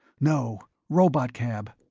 no. robotcab.